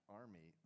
army